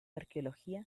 arqueología